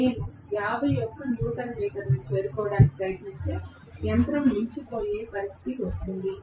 నేను 51 న్యూటన్ మీటర్లను చేరుకోవడానికి ప్రయత్నిస్తే యంత్రం నిలిచిపోయే పరిస్థితికి వస్తుంది